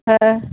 ᱦᱮᱸ